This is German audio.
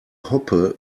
hoppe